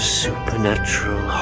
supernatural